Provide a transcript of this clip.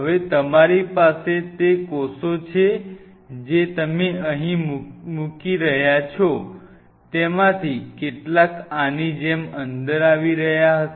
હવે તમારી પાસે તે કોષો છે જે તમે અહીં મૂકી રહ્યા છો તેમાંથી કેટલાક આની જેમ અંદર આવી રહ્યા હશે